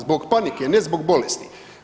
Zbog panike, ne zbog bolesti.